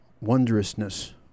wondrousness